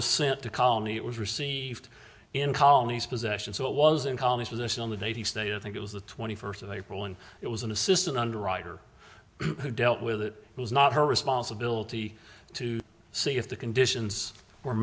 was sent to call me it was received in colonies possession so it was in common with us on the navy state i think it was the twenty first of april and it was an assistant underwriter who dealt with it was not her responsibility to see if the conditions were